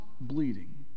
bleeding